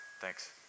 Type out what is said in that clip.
Thanks